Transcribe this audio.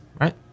right